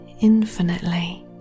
infinitely